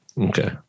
Okay